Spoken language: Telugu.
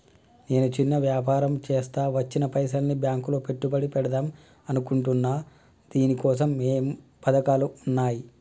నేను చిన్న వ్యాపారం చేస్తా వచ్చిన పైసల్ని బ్యాంకులో పెట్టుబడి పెడదాం అనుకుంటున్నా దీనికోసం ఏమేం పథకాలు ఉన్నాయ్?